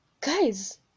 Guys